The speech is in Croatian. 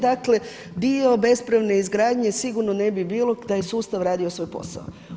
Dakle, dio bespravne izgradnje sigurno ne bi bilo da je sustav radio svoj posao.